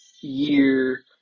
year